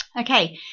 Okay